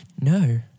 no